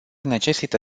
necesită